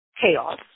chaos